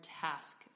task